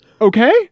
Okay